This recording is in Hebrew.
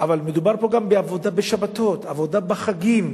אבל זה אתנן קואליציוני,